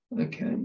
Okay